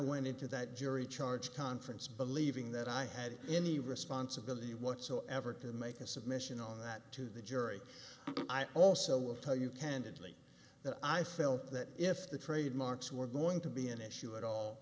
went into that jury charge conference believing that i had any responsibility whatsoever to make a submission on that to the jury i also will tell you candidly that i felt that if the trademarks were going to be an issue at all